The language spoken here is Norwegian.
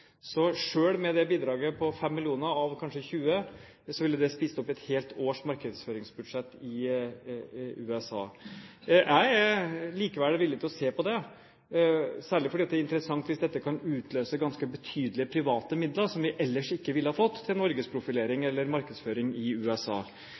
Så selv med det bidraget på 5 mill. kr av kanskje 20 mill. kr ville det spist opp ett helt års markedsføringsbudsjett i USA. Jeg er likevel villig til å se på det. Dette er interessant, særlig hvis det kan utløse ganske betydelige private midler som vi ellers ikke ville ha fått, til